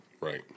Right